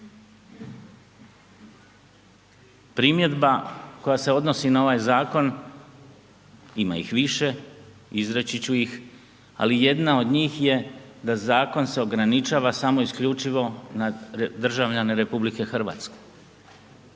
Primjedba koja se odnosi na ovaj zakon, ima ih više. Izreći ću ih, ali jedna od njih je da zakon se ograničava samo isključivo na državljane RH.